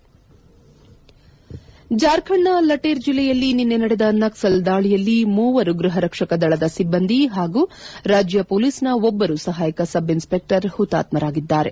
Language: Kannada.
ಹೆಡ್ ಜಾರ್ಖಂಡ್ನ ಲಟೇರ್ ಜಿಲ್ಲೆಯಲ್ಲಿ ನಿನ್ನೆ ನಡೆದ ನಕ್ಸಲ್ ದಾಳಿಯಲ್ಲಿ ಮೂವರು ಗೃಹ ರಕ್ಷಕ ದಳದ ಸಿಬ್ಬಂದಿ ಹಾಗೂ ರಾಜ್ಯ ಮೊಲೀಸ್ನ ಒಬ್ಬರು ಸಹಾಯಕ ಸಬ್ ಇನ್ಸಪೆಕ್ಟರ್ ಹುತಾತ್ನರಾಗಿದ್ದಾರೆ